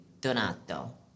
Donato